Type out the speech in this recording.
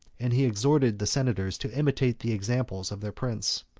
and he exhorted the senators to imitate the example of their prince.